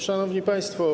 Szanowni Państwo!